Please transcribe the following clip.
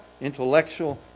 intellectual